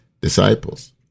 disciples